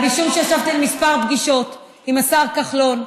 משום שישבתי בכמה פגישות עם השר כחלון.